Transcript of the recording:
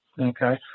Okay